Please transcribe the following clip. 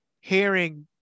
hearing